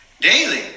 daily